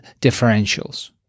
differentials